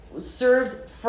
served